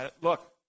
Look